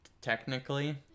technically